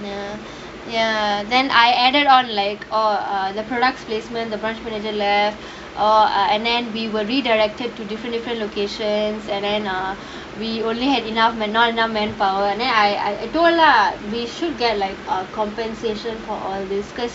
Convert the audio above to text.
mm ya then I added on like oh err the products placement the branch manager left oh uh and then we were redirected to different different locations and then err we only had enough not enough manpower and then I I told lah we should get like uh compensation for all this because